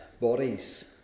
bodies